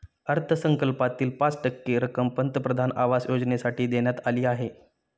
अर्थसंकल्पातील पाच टक्के रक्कम पंतप्रधान आवास योजनेसाठी देण्यात आली आहे